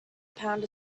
pound